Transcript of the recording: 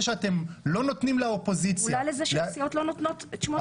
אולי לזה שהסיעות לא נותנות את שמות חברי הוועדות.